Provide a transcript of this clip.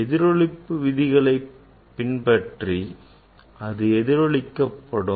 எதிரொளிப்பு விதிகளை பின்பற்றி அது எதிரொளிக்கப்படும்